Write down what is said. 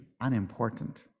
unimportant